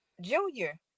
Junior